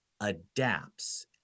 adapts